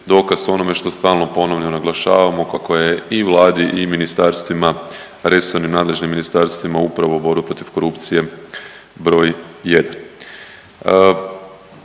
dokaz onome što stalno ponavljamo i naglašavamo kako je i Vladi i ministarstvima, resornim, nadležnim ministarstvima upravo borba protiv korupcije broj